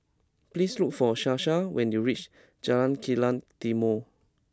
please look for Sasha when you reach Jalan Kilang Timor